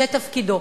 זה תפקידו.